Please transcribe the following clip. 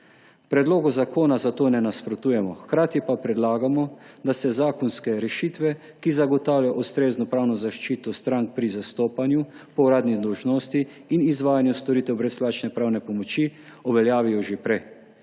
Predlogu zakona zato ne nasprotujemo, hkrati pa predlagamo, da se zakonske rešitve, ki zagotavljajo ustrezno pravno zaščito strank pri zastopanju po uradni dolžnosti in izvajanju storitev brezplačne pravne pomoči, uveljavijo že prej.